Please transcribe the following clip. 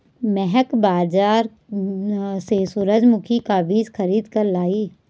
महक बाजार से सूरजमुखी का बीज खरीद कर लाई